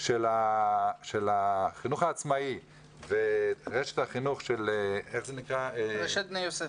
של החינוך העצמאי ורשת החינוך של רשת בני יוסף,